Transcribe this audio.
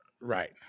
Right